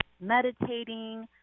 meditating